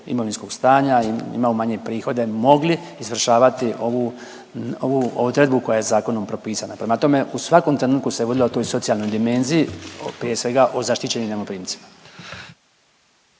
imovinskog stanja i imaju manje prihode, mogli izvršavati ovu, ovu odredbu koja je zakonom propisana. Prema tome u svakom trenutku se vodilo o toj socijalnoj dimenziji, prije svega o zaštićenim najmoprimcima.